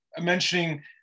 mentioning